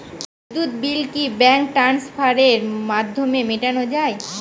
বিদ্যুৎ বিল কি ব্যাঙ্ক ট্রান্সফারের মাধ্যমে মেটানো য়ায়?